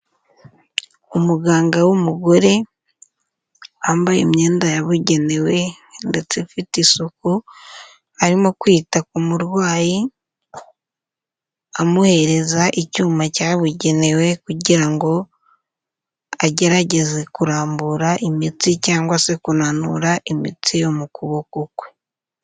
Umuganga w'umugore, wambaye imyenda yabugenewe ndetse ufite isuku, arimo kwita ku murwayi, amuhereza icyuma cyabugenewe kugira ngo agerageze kurambura imitsi cyangwa se kunanura imitsi yo mu kuboko kwe.